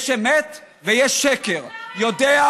יש אמת ויש שקר, אז למה הם אומרים רק את מה שרע?